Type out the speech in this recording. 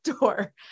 door